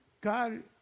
God